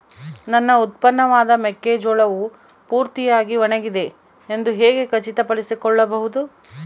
ನನ್ನ ಉತ್ಪನ್ನವಾದ ಮೆಕ್ಕೆಜೋಳವು ಪೂರ್ತಿಯಾಗಿ ಒಣಗಿದೆ ಎಂದು ಹೇಗೆ ಖಚಿತಪಡಿಸಿಕೊಳ್ಳಬಹುದು?